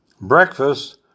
Breakfast